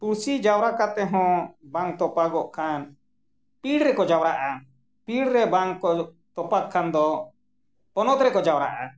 ᱯᱩᱲᱥᱤ ᱡᱟᱣᱨᱟ ᱠᱟᱛᱮᱫ ᱦᱚᱸ ᱵᱟᱝ ᱛᱚᱯᱟᱜᱚᱜ ᱠᱷᱟᱱ ᱯᱤᱲ ᱨᱮᱠᱚ ᱡᱟᱣᱨᱟᱜᱼᱟ ᱯᱤᱲ ᱨᱮ ᱵᱟᱝ ᱠᱚ ᱛᱚᱯᱟᱜᱽ ᱠᱷᱟᱱ ᱫᱚ ᱯᱚᱱᱚᱛ ᱨᱮᱠᱚ ᱡᱟᱣᱨᱟᱜᱼᱟ